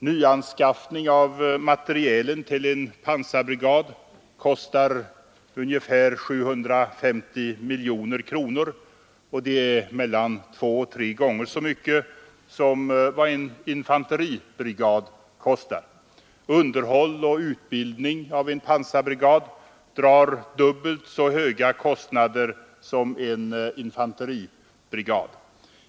Nyanskaffning av materielen till en pansarbrigad kostar ungefär 750 miljoner kronor, vilket är mellan två och tre gånger så mycket som motsvarande kostnader för en infanteribrigad. En pansarbrigad drar dubbelt så höga kostnader för underhåll och utbildning som en infanteribrigad.